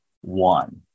one